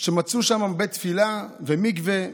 שמצאו שם בית תפילה ומקווה,